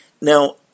now